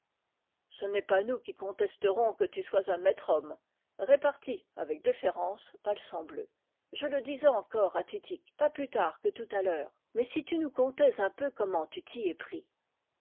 ce n'est pas nous qui contesterons que tu sois un maître homme repartit avec déférence palsambleu je le disais encore à titik pas plus tard que tout à l'heure mais si tu nous contais un peu comment tu t'y es pris